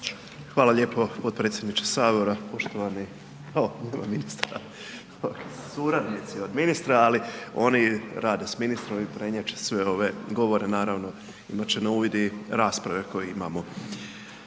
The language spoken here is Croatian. Hvala lijepo potpredsjedniče Sabora. Poštovani suradnici od ministra, ali oni rade s ministrom i prenijet će sve ove govore naravno, imat će na uvid i rasprave koje imamo.